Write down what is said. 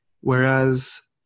Whereas